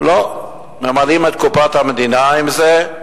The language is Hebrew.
לא, ממלאים את קופת המדינה עם זה,